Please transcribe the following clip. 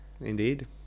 indeed